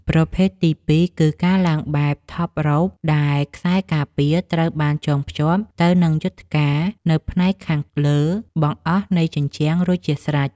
ប្រភេទទីពីរគឺ ការឡើងបែប ថបរ៉ូប ដែលខ្សែការពារត្រូវបានចងភ្ជាប់ទៅនឹងយុថ្ការនៅផ្នែកខាងលើបង្អស់នៃជញ្ជាំងរួចជាស្រេច។